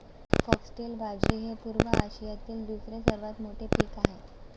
foxtail बाजरी हे पूर्व आशियातील दुसरे सर्वात मोठे पीक आहे